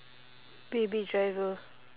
baby driver